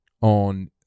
on